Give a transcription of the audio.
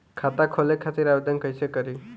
खाता खोले खातिर आवेदन कइसे करी?